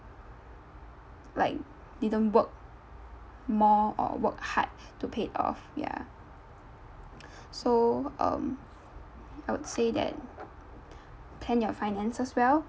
like didn't work more or work hard to pay it off ya so um I would say that plan your finances well